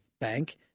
bank